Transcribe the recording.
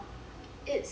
it's